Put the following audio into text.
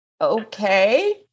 okay